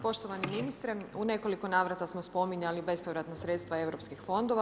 Poštovani ministre, u nekoliko navrata smo spominjali bespovratna sredstva europskih fondova.